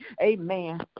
Amen